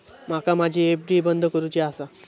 माका माझी एफ.डी बंद करुची आसा